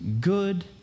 good